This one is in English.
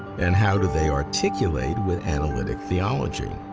and how do they articulate with analytic theology?